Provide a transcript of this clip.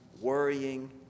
worrying